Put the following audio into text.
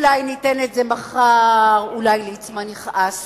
אולי ניתן את זה מחר, אולי ליצמן יכעס.